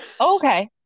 Okay